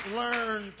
learn